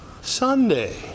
Sunday